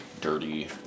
dirty